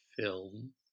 film